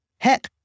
heck